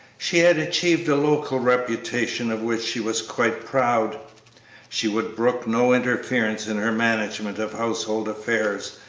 she had achieved a local reputation of which she was quite proud she would brook no interference in her management of household affairs,